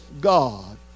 God